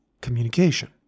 communication